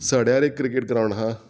सड्यार एक cricket ground आहा